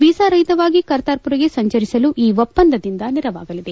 visa ರಹಿತವಾಗಿ ಕರ್ತಾರಪುರ್ಗೆ ಸಂಚರಿಸಲು ಈ ಒಪ್ವಂದದಿಂದ ನೆರವಾಗಲಿದೆ